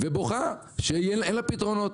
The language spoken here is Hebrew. ובוכה שאין לה פתרונות.